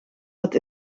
dat